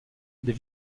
des